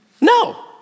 No